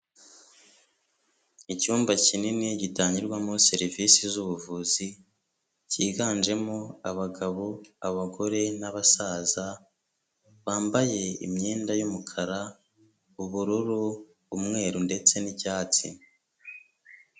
Icyumba kinini gitangirwamo serivisi z'ubuvuzi, cyiganjemo abagabo, abagore n'abasaza, bambaye imyenda y'umukara, ubururu, umweru ndetse n'icyatsi.